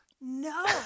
No